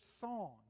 song